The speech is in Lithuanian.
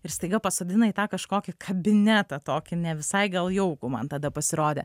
ir staiga pasodina į tą kažkokį kabinetą tokį ne visai gal jaukų man tada pasirodė